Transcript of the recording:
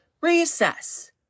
reassess